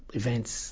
events